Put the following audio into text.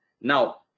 now